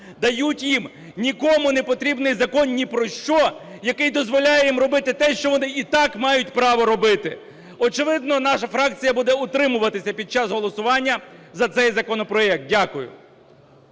дають їм нікому непотрібний закон ні про що, який дозволяє їм робити те, що вони і так мають право робити. Очевидно, наша фракція буде утримуватися під час голосування за цей законопроект. Дякую.